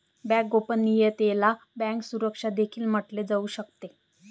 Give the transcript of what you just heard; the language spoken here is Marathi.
बँक गोपनीयतेला बँक सुरक्षा देखील म्हटले जाऊ शकते